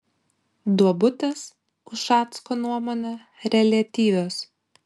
duobutės ušacko nuomone reliatyvios